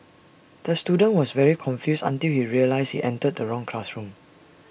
the student was very confused until he realised he entered the wrong classroom